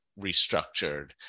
restructured